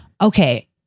Okay